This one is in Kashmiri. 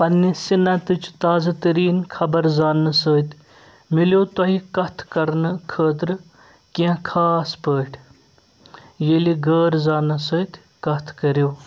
پنِنہِ صنعتٕچ تازٕ تٔریٖن خبر زانٕنہٕ سۭتۍ مِلٮ۪و تۄہہِ کَتھ کرنہٕ خٲطرٕ کینٛہہ، خاص پٲٹھۍ ییٚلہِ غٲر زانَس سۭتۍ کَتھ کٔرِو